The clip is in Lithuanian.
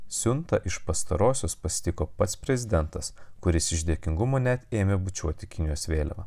siunta iš pastarosios pasitiko pats prezidentas kuris iš dėkingumo net ėmė bučiuoti kinijos vėliavą